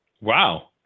Wow